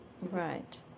Right